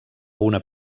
una